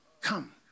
come